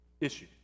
issue